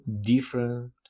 different